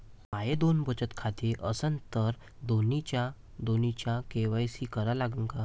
माये दोन बचत खाते असन तर दोन्हीचा के.वाय.सी करा लागन का?